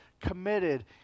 committed